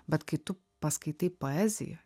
bet kai tu paskaitai poeziją